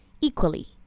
equally